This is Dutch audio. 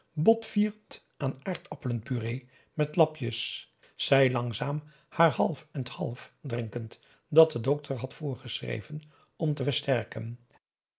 botvierend aan aardappelen purée met lapjes zij langzaam haar half and half drinkend dat de dokter had voorgeschreven om te versterken